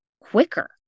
quicker